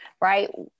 right